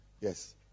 Yes